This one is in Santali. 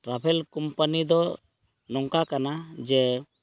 ᱴᱨᱟᱵᱷᱮᱞ ᱠᱳᱢᱯᱟᱱᱤ ᱫᱚ ᱱᱚᱝᱠᱟ ᱠᱟᱱᱟ ᱡᱮ